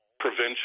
prevention